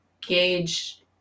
gauge